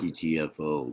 ctfo